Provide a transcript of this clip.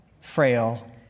frail